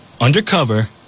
undercover